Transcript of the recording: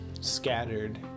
scattered